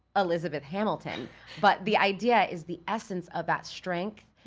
elizabeth hamilton but the idea is the essence of that strength,